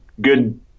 good